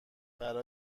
برا